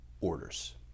orders